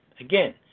Again